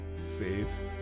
says